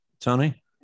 Tony